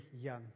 young